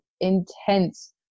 intense